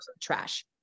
trash